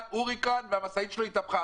הוריקן והמשאית התהפכה.